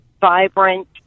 vibrant